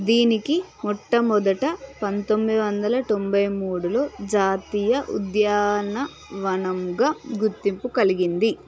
దీనికి మొట్టమొదట పంతొమ్మిది వందల తొంభై మూడులో జాతీయ ఉద్యానవనంగా గుర్తింపు కలిగింది